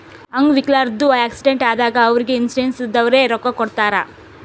ಅಂಗ್ ವಿಕಲ್ರದು ಆಕ್ಸಿಡೆಂಟ್ ಆದಾಗ್ ಅವ್ರಿಗ್ ಇನ್ಸೂರೆನ್ಸದವ್ರೆ ರೊಕ್ಕಾ ಕೊಡ್ತಾರ್